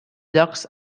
llocs